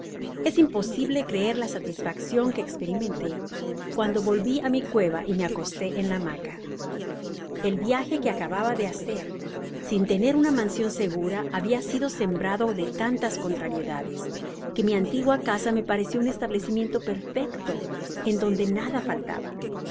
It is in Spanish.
es imposible creer la satisfaccion que esperimenté cuando volvi á mi cueva y me acosté en la hamaca el viaje que acababa de hacer sin tener una mansion segura habia sido sembrado de tantas contrariedades que mi antigua casa me parecio un establecimiento perfecto en donde nada faltaba